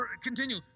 continue